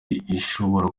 ishobora